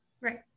Right